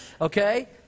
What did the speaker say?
okay